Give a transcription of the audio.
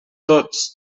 tots